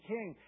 King